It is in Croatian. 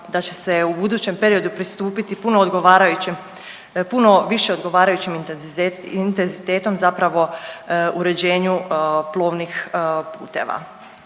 da će se u budućem periodu pristupiti puno odgovarajućem, puno više odgovarajućeg intenzitetom zapravo uređenju plovnih puteva.